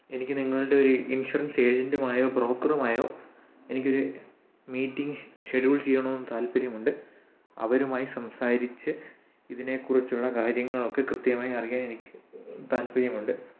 എനിക്ക് നിങ്ങളുടെ ഒരു ഇൻഷുറൻസ് ഏജൻറുമായോ ബ്രോക്കറുമായോ എനിക്കൊരു മീറ്റിങ്ങ് ഷെഡ്യൂൾ ചെയ്യണമെന്ന് താല്പര്യമുണ്ട് അവരുമായി സംസാരിച്ച് ഇതിനെ കുറിച്ചുള്ള കാര്യങ്ങളൊക്കെ കൃത്യമായി അറിയാൻ എനിക്ക് താല്പര്യമുണ്ട്